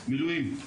מילואים.